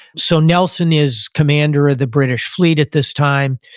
so, nelson is commander of the british fleet at this time.